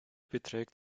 beträgt